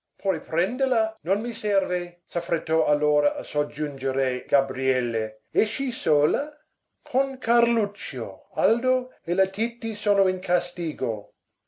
puoi prenderla non mi serve s'affrettò allora a soggiungere gabriele esci sola con carluccio aldo e la titti sono in castigo